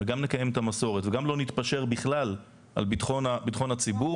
גם נקיים את המסורת וגם לא נתפשר בכלל על ביטחון הציבור,